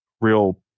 real